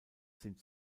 sind